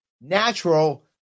natural